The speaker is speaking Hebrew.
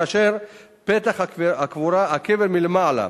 כאשר פתח הקבר מלמעלה,